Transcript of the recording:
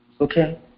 Okay